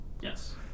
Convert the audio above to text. Yes